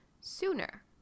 sooner